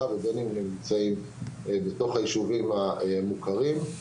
ובין אם הם נמצאים בתוך הישובים המוכרים,